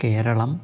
केरळम्